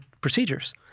procedures